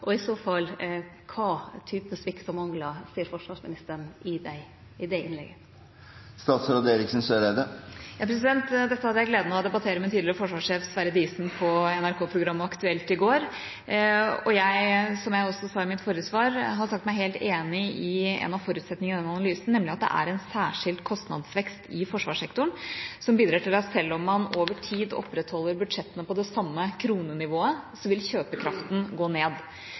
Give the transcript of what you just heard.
og i så fall kva type svikt og manglar ser forsvarsministeren i dette innlegget? Dette hadde jeg gleden av å debattere med tidligere forsvarssjef Sverre Diesen på NRK-programmet Aktuelt i går, og jeg – som jeg også sa i mitt forrige svar – har sagt meg helt enig i en av forutsetningene i den analysen, nemlig at det er en særskilt kostnadsvekst i forsvarssektoren som bidrar til at selv om man over tid opprettholder budsjettene på det samme kronenivået, så vil kjøpekraften gå ned.